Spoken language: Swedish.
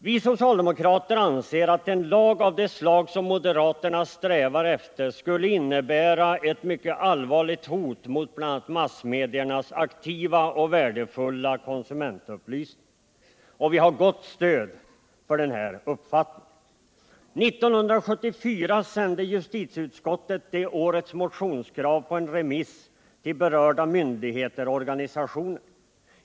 Vi socialdemokrater anser att en lag av det slag som moderaterna strävar efter skulle innebära ett mycket allvarligt hot mot bl.a. massmediernas aktiva och värdefulla konsumentupplysning, och vi har ett gott stöd för vår uppfattning. 1974 sände justitieutskottet det årets motionskrav på remiss till berörda myndigheter och organisationer.